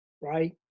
right